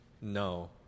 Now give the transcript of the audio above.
no